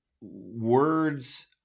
words